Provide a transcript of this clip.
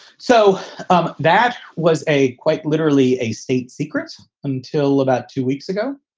so um that was a quite literally a state secret. until about two weeks ago,